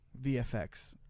VFX